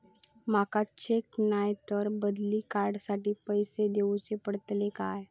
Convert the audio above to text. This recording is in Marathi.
माका चेक नाय तर बदली कार्ड साठी पैसे दीवचे पडतले काय?